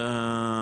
רטרואקטיבית,